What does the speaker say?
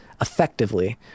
effectively